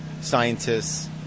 scientists